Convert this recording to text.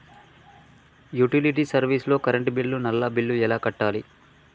Utility service లో current bill, నల్లా bill ఎలా కట్టాలి?